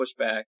pushback